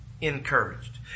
encouraged